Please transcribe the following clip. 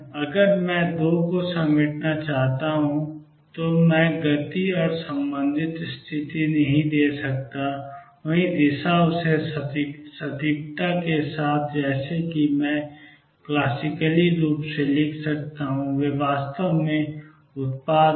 अगर मैं 2 को समेटना चाहता हूं तो मैं गति और संबंधित स्थिति नहीं दे सकता वही दिशा उसी सटीकता के साथ जैसा कि मैं क्लासिकली रूप से करता हूं और वे वास्तव में उत्पाद हैं